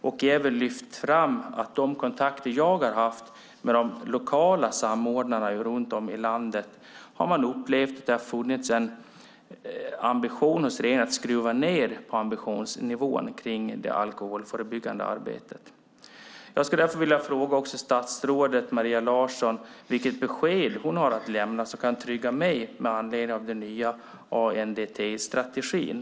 Jag har också lyft fram att de lokala samordnare runt om i landet som jag haft kontakt med har upplevt att det har funnits en vilja hos regeringen att sänka ambitionsnivån på det alkoholförebyggande arbetet. Jag vill därför fråga statsrådet Maria Larsson vilket besked hon kan lämna så att jag kan känna mig trygg med den nya ANDT-strategin.